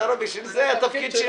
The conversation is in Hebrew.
התפקיד שלי